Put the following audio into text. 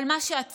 אבל מה שעצוב